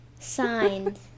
Signed